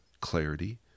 clarity